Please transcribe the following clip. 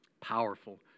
Powerful